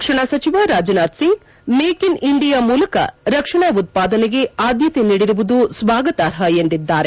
ರಕ್ಷಣಾ ಸಜಿವ Rajnath Singh make in India ಮೂಲಕ ರಕ್ಷಣಾ ಉತ್ಪಾದನೆಗೆ ಆದ್ಯತೆ ನೀಡಿರುವುದು ಸ್ನಾಗತಾರ್ಹ ಎಂದಿದ್ದಾರೆ